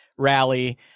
rally